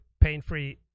pain-free